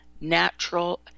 natural